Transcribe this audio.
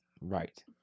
Right